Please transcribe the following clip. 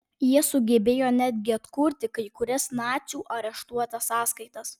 jie sugebėjo netgi atkurti kai kurias nacių areštuotas sąskaitas